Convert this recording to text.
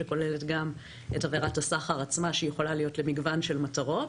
שכולל גם את עבירת הסחר עצמה שיכולה להיות למגוון של מטרות,